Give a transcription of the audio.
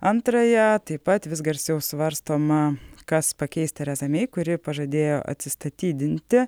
antrąją taip pat vis garsiau svarstoma kas pakeis terezą mei kuri pažadėjo atsistatydinti